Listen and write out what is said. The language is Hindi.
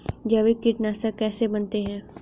जैविक कीटनाशक कैसे बनाते हैं?